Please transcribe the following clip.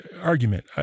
argument